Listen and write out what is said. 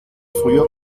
früher